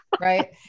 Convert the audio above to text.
right